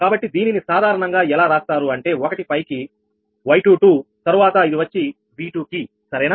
కాబట్టి దీనిని సాధారణంగా ఎలా రాస్తారు అంటే 1 పైకి Y22 తరువాత ఇది వచ్చి V2 కి సరేనా